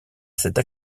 cette